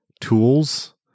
tools